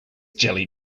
jelly